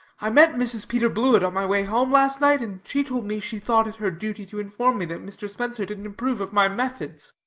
i met mrs. peter blewett on my way home last night and she told me she thought it her duty to inform me that mr. spencer didn't approve of my methods.